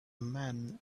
man